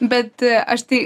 bet aš tai